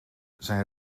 zijn